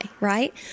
right